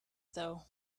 though